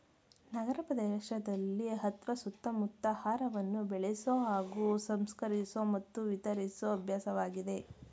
ನಗರಪ್ರದೇಶದಲ್ಲಿ ಅತ್ವ ಸುತ್ತಮುತ್ತ ಆಹಾರವನ್ನು ಬೆಳೆಸೊ ಹಾಗೂ ಸಂಸ್ಕರಿಸೊ ಮತ್ತು ವಿತರಿಸೊ ಅಭ್ಯಾಸವಾಗಿದೆ